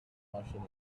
martians